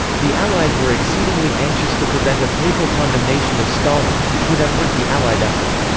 the allies were exceedingly anxious to prevent a papal condemnation of stalin, which would have hurt the allied effort.